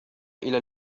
إلى